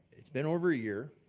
it's been over a year.